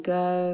go